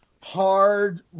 hard